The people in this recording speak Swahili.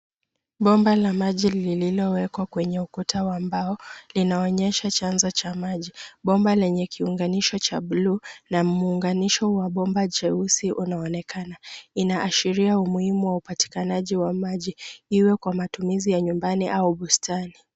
Bomba la maji lilowekwa kwenye ukuta wa mbao linaonyesha chanzo cha maji. Bomba lenye kiunganisho cha bluu na muunganisho wa bomba jeusi unaonekana. Inaashiria umuhimu wa upatikanaji wa maji iwe kwa matumizi ya nyumbani au bustani.